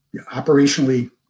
operationally